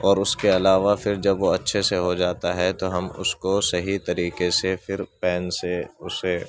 اور اس کے علاوہ پھر جب وہ اچھے سے ہو جاتا ہے تو ہم اس کو صحیح طریقے سے پھر پین سے اسے